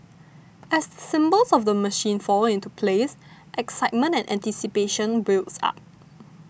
as the symbols of the machine fall into place excitement and anticipation builds up